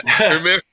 Remember